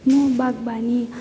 म बागवानी